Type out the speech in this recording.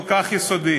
כל כך יסודי,